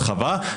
הרחבה.